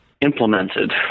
implemented